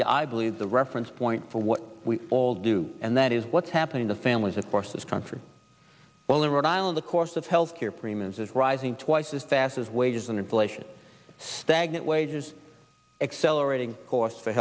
be i believe the reference point for what we all do and that is what's happening to families of course this country well in rhode island the course of health care premiums is rising twice as fast as wages and inflation stagnant wages accelerating costs for